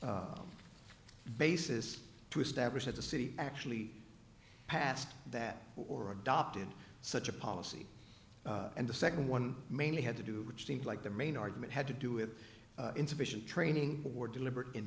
no basis to establish that the city actually passed that or adopted such a policy and the second one mainly had to do which seemed like their main argument had to do with insufficient training or deliberate in